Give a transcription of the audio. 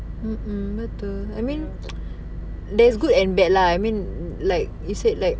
ya